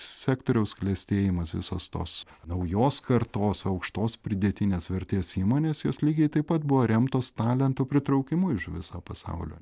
sektoriaus klestėjimas visos tos naujos kartos aukštos pridėtinės vertės įmonės jos lygiai taip pat buvo remtos talentų pritraukimu iš viso pasaulio